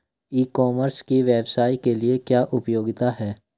ई commerce की व्यवसाय के लिए क्या उपयोगिता है?